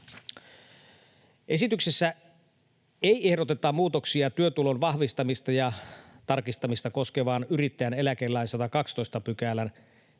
Esityksessä ei ehdoteta muutoksia työtulon vahvistamista ja tarkistamista koskevaan yrittäjän eläkelain 112 §:n